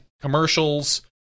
commercials